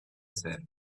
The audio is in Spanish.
ser